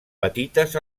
petites